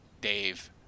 Dave